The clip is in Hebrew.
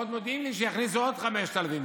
ועוד מודיעים לי שיכניסו עוד 5,000,